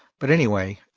but anyway,